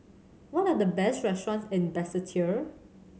what are the best restaurants in Basseterre